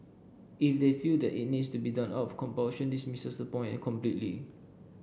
if they feel that it needs to be done out of compulsion this misses the point completely